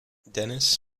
dennis